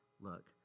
look